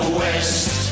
west